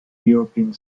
european